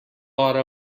hora